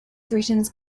threatens